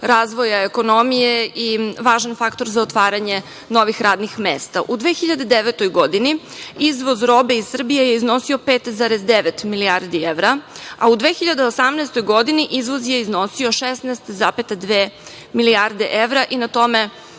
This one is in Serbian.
razvoja ekonomije i važan faktor za otvaranje novih radnih mesta.U 2009. godini izvoz robe iz Srbije je iznosio 5,9 milijardi evra, a u 2018. godini izvoz je iznosio 16,2 milijarde evra i na tome